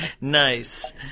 nice